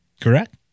Correct